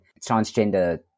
transgender